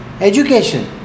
Education